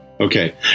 Okay